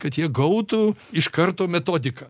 kad jie gautų iš karto metodiką